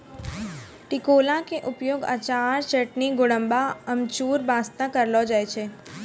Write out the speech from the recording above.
टिकोला के उपयोग अचार, चटनी, गुड़म्बा, अमचूर बास्तॅ करलो जाय छै